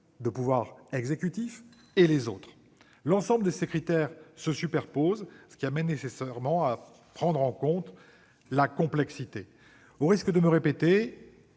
de pouvoirs exécutifs et les autres. Tous ces critères se superposent, ce qui amène nécessairement à prendre en compte cette complexité. Au risque de me répéter,